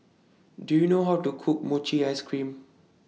Do YOU know How to Cook Mochi Ice Cream